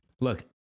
Look